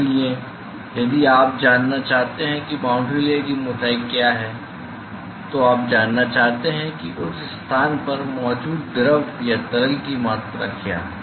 इसलिए यदि आप जानना चाहते हैं कि बाउंड्री लेयर की मोटाई क्या है तो आप जानना चाहते हैं कि उस स्थान पर मौजूद द्रव या तरल की मात्रा क्या है